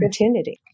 opportunity